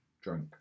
drunk